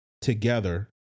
together